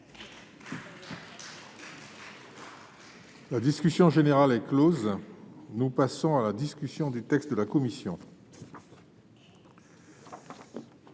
La discussion générale est close. Nous passons à la discussion du texte de la commission.